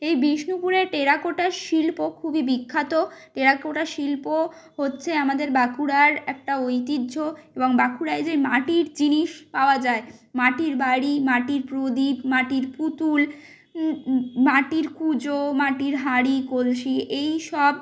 এই বিষ্ণুপুরে টেরাকোটার শিল্প খুবই বিখ্যাত টেরাকোটা শিল্প হচ্ছে আমাদের বাঁকুড়ার একটা ঐতিহ্য এবং বাঁকুড়ায় যে মাটির জিনিস পাওয়া যায় মাটির বাড়ি মাটির প্রদীপ মাটির পুতুল মাটির কুঁজো মাটির হাঁড়ি কলসি এই সব